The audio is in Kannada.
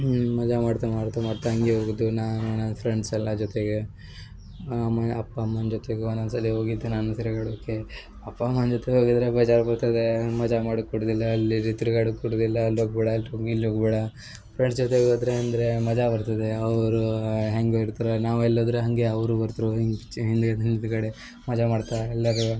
ಮಜಾ ಮಾಡ್ತಾ ಮಾಡ್ತಾ ಮಾಡ್ತಾ ಹಂಗೇ ಹೋಗಿದ್ವಿ ನಾನು ನನ್ನ ಫ್ರೆಂಡ್ಸ್ ಎಲ್ಲ ಜೊತೆಗೆ ಆಮೇಲೆ ಅಪ್ಪ ಅಮ್ಮನ ಜೊತೆಗೆ ಒನ್ನೊಂದು ಸಲಿ ಹೋಗಿದ್ದೆ ನಾನು ತಿರ್ಗಾಡಕ್ಕೆ ಅಪ್ಪ ಅಮ್ಮನ ಜೊತೆಗೆ ಹೋಗಿದ್ರೆ ಬೇಜಾರು ಬರ್ತದೆ ಮಜಾ ಮಾಡಕ್ಕೆ ಬಿಡುದಿಲ್ಲ ಅಲ್ಲಿ ಇಲ್ಲಿ ತಿರ್ಗಾಡಕ್ಕೆ ಬಿಡುದಿಲ್ಲ ಅಲ್ಲಿ ಹೋಗಬೇಡ ಅಲ್ಲಿ ಇಲ್ಲಿ ಹೋಗಬೇಡ ಫ್ರೆಂಡ್ಸ್ ಜೊತೆಗೆ ಹೋದ್ರೆ ಅಂದರೆ ಮಜಾ ಬರ್ತದೆ ಅವರು ಹ್ಯಾಂಗೆ ಇದ್ರು ನಾವು ಎಲ್ಲೋದರೂ ಹಾಗೆ ಅವರು ಬರ್ತ್ರು ಹೀಗೆ ಈಚೆ ಹಿಂದ್ಗಡೆ ಮಜಾ ಮಾಡ್ತಾ ಎಲ್ಲರೂ